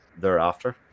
thereafter